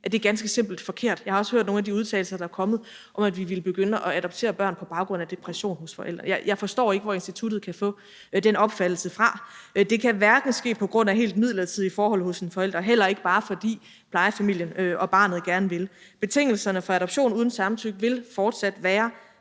at det ganske simpelt er forkert. Vi har også hørt nogle af de udtalelser, der er kommet, om, at vi ville begynde at bortadoptere børn på baggrund af depression hos forældre. Jeg forstår ikke, hvor instituttet kan få den opfattelse fra. Det kan ikke ske på grund af helt midlertidige forhold hos en forælder og heller ikke, bare fordi plejefamilien og barnet gerne vil. Betingelserne for adoption uden samtykke vil fortsat være